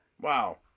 Wow